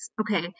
Okay